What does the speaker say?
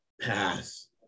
pass